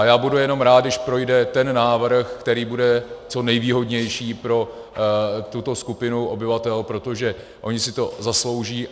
Já budu jen rád, když projde ten návrh, který bude co nejvýhodnější pro tuto skupinu obyvatel, protože oni si to zaslouží.